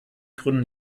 gründen